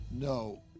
No